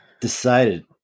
decided